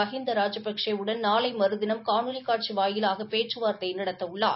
மஹிந்தா ராஜபக்சே வுடன் நாளை மறுதினம் காணொளிக்காட்சி வாயிலாக பேச்சுவார்த்தை நடத்த உள்ளார்